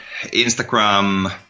Instagram